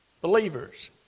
Believers